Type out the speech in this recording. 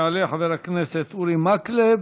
יעלה חבר הכנסת אורי מקלב,